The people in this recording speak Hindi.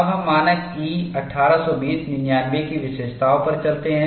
अब हम मानक E 1820 99 की विशेषताओं पर चलते हैं